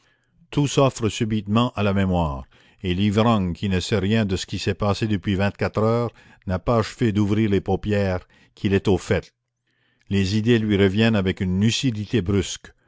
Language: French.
tout s'offre subitement à la mémoire et l'ivrogne qui ne sait rien de ce qui s'est passé depuis vingt-quatre heures n'a pas achevé d'ouvrir les paupières qu'il est au fait les idées lui reviennent avec une lucidité brusque